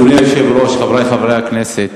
אדוני היושב-ראש, חברי חברי הכנסת,